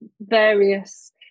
various